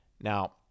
now